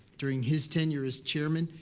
during his tenure as chairman,